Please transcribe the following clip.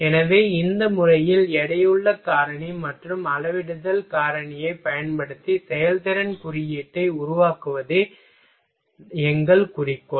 எனவே இந்த முறையில் எடையுள்ள காரணி மற்றும் அளவிடுதல் காரணியைப் பயன்படுத்தி செயல்திறன் குறியீட்டை உருவாக்குவதே எங்கள் குறிக்கோள்